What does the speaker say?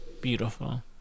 Beautiful